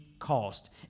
cost